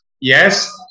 yes